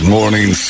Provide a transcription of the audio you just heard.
Morning